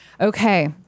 Okay